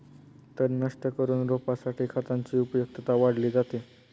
तण नष्ट करून रोपासाठी खतांची उपयुक्तता वाढवली जाते